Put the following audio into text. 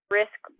risk